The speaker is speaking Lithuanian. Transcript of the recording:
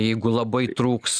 jeigu labai trūks